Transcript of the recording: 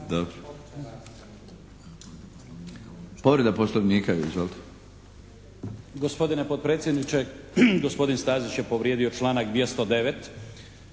**Lončar, Ivan (Nezavisni)** Gospodine potpredsjedniče, gospodin Stazić je povrijedio članak 209.